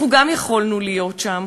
גם אנחנו יכולנו להיות שם.